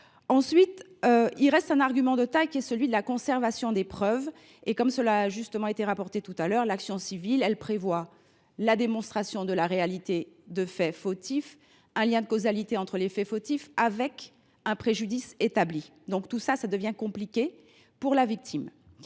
dit, il reste un argument de taille, qui est celui de la conservation des preuves. Comme cela a justement été rappelé tout à l’heure, l’action civile prévoit la démonstration de la réalité de faits fautifs et d’un lien de causalité entre les faits fautifs et un préjudice établi. Une telle démonstration peut être compliquée à faire pour la victime…